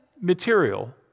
material